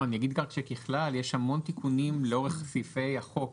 אני אגיד רק שכלל יש המון תיקונים לאורך סעיפי החוק,